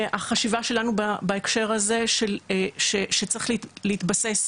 והחשיבה שלנו בהקשר הזה, שצריך להתבסס,